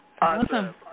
Awesome